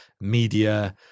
media